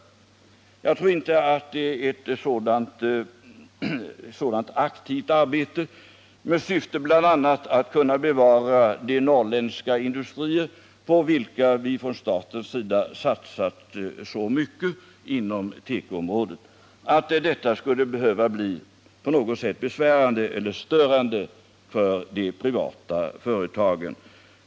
Jag tror inte att ett sådant aktivt arbete med syfte bl.a. att bevara de norrländska industrier, på vilka vi från statens sida satsat så mycket inom tekoområdet, skulle behöva bli på något sätt besvärande eller störande för de privata företagen.